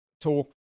talk